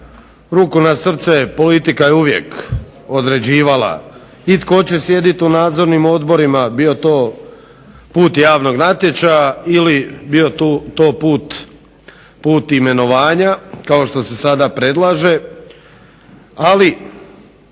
Ruku na srce, politika je uvijek određivala i tko će sjedit u nadzornim odborima, bio to put javnog natječaja ili bio to put imenovanja kao što se sada predlaže,